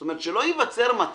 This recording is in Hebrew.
זאת אומרת, שלא ייווצר מצב